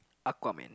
Aquaman